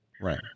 Right